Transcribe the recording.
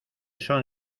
son